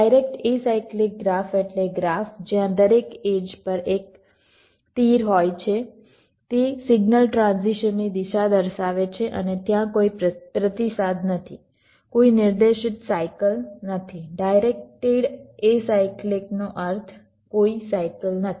direct acyclic graph એટલે graph જ્યાં દરેક એડ્જ પર એક તીર હોય છે તે સિગ્નલ ટ્રાન્ઝિશનની દિશા દર્શાવે છે અને ત્યાં કોઈ પ્રતિસાદ નથી કોઈ નિર્દેશિત સાયકલ નથી ડાયરેક્ટેડ એસાયક્લીકનો અર્થ કોઈ સાયકલ નથી